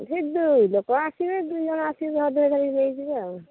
ସେ ଯେଉଁ ଲୋକ ଆସିବେ ଦୁଇ ଜଣ ଆସିକି ଅଧା ଅଧା କରିକି ନେଇଯିବେ ଆଉ